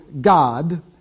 God